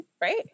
Right